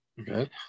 Okay